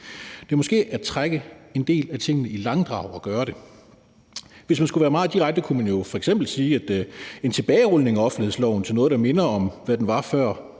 Det er måske at trække en del af tingene i langdrag at gøre det. Hvis man skulle være meget direkte, kunne man jo f.eks. sige, at en tilbagerulning af offentlighedsloven til noget, der minder om, hvad den var før